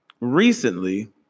recently